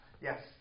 Yes